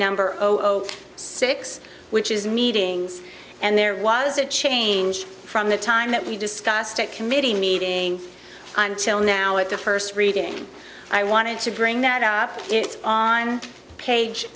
zero six which is meetings and there was a change from the time that we discussed at committee meeting until now at the first reading i wanted to bring that up it's on page